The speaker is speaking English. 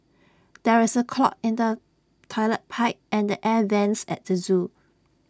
there is the clog in the Toilet Pipe and the air Vents at the Zoo